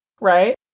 Right